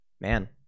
Man